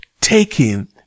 taking